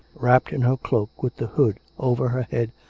wrapped in her cloak with the hood over her head,